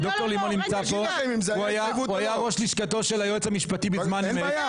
הוא היה ראש לשכתו של היועץ המשפטי בזמן אמת.